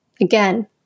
Again